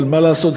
אבל מה לעשות,